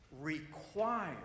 require